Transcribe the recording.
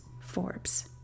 Forbes